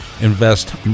invest